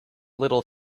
little